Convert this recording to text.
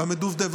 גם את דובדבן.